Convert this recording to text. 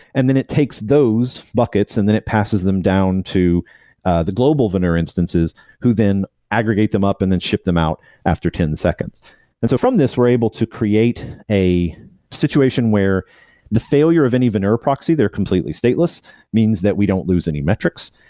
and then it takes those buckets and then it passes them down to the global veneur instances who then aggregate them up and then ship them out after ten seconds and so from this, we're able to create a situation where the failure of any veneur proxy, they're completely stateless, means that we don't lose any metrics.